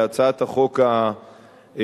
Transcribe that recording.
להצעת החוק הנוכחית.